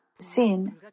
sin